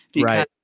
Right